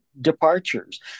departures